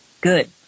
good